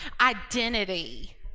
Identity